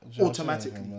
automatically